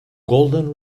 golden